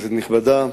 כנסת נכבדה,